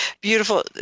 beautiful